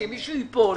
שאם מישהו ייפול,